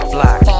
Black